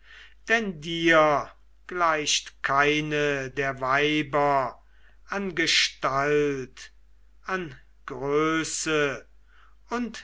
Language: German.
denn dir gleicht keine der weiber an gestalt an größe und